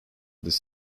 this